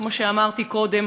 כמו שאמרתי קודם,